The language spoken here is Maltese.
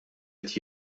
qed